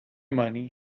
money